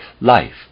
life